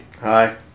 Hi